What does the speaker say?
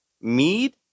Mead